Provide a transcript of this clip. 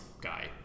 guy